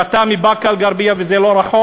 אתה מבאקה-אל-ע'רביה, וזה לא רחוק,